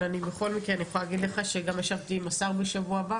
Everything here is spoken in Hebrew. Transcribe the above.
אני בכל מקרה יכולה להגיד לך שאני אשב עם השר לביטחון פנים בשבוע הבא